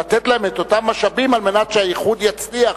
לתת להן את אותם משאבים על מנת שהאיחוד יצליח,